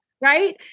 Right